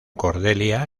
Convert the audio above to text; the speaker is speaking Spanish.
cordelia